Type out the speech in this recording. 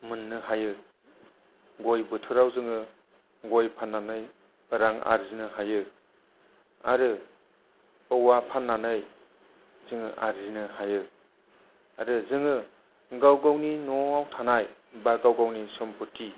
मोन्नो हायो गय बोथोराव जों गय फान्नानै रां आरजिनो हायो आरो औवा फान्नानै जोङो आरजिनो हायो आरो जोङो गाव गावनि न'आव थानाय बा गाव गावनि सम्पथि